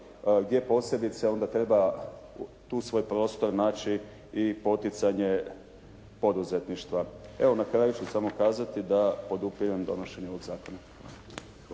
gdje posebice onda treba tu svoj prostor naći i poticanje poduzetništva. Evo, na kraju ću samo kazati da podupirem donošenje ovog zakona.